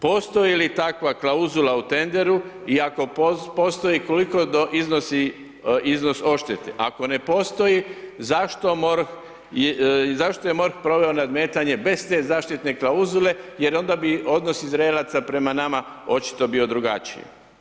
Postoji li takva klauzula u tenderu i ako postoji, koliko iznosi iznos odštete, ako ne postoji, zašto MORH, zašto je MORH proveo nadmetanje bez te zaštitne klauzule jer onda bi odnos Izraelaca prema nama očito bio drugačiji.